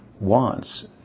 wants